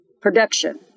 production